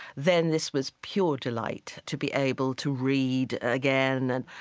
then this was pure delight to be able to read again. and and